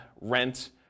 rent